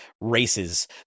races